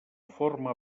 forma